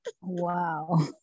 Wow